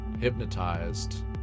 hypnotized